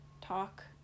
Talk